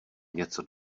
něco